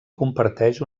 comparteix